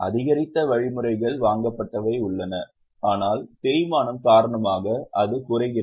அதிகரித்த வழிமுறைகள் வாங்கப்பட்டவை உள்ளன ஆனால் தேய்மானம் காரணமாக அது குறைகிறது